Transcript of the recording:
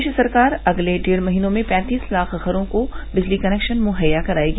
प्रदेश सरकार अगले डेढ़ महीनों में पैंतीस लाख घरों को बिजली कनेक्शन मुहैया करायेगी